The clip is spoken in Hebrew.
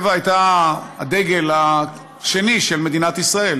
טבע הייתה הדגל השני של מדינת ישראל.